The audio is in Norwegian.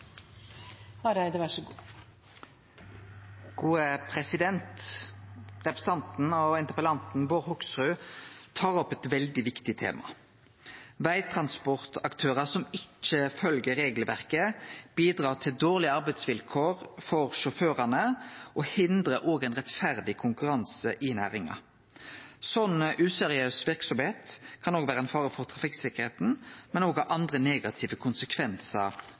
Representanten og interpellanten Bård Hoksrud tar opp eit veldig viktig tema. Vegtransportaktørar som ikkje følgjer regelverket, bidrar til dårlege arbeidsvilkår for sjåførane og hindrar ein rettferdig konkurranse i næringa. Slik useriøs verksemd kan vere ein fare for trafikksikkerheita, men òg ha andre negative